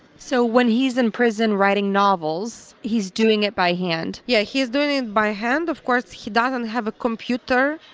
so when he's in prison writing novels, he's doing it by hand? yeah, he's doing it by hand. of course, he doesn't have a computer.